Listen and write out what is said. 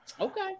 Okay